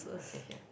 okay here